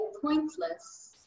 pointless